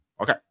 Okay